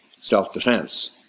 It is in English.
self-defense